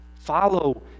Follow